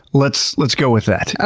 let's, let's go with that. ah